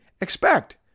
expect